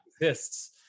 exists